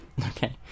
Okay